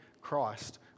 Christ